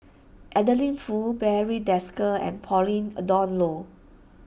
Adeline Foo Barry Desker and Pauline a Dawn Loh